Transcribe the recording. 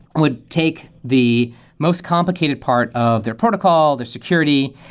would take the most complicated part of their protocol, their security,